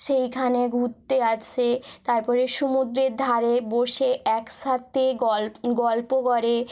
সেইখানে ঘুরতে আসে তারপরে সমুদ্রের ধারে বসে একসাথে গল্প করে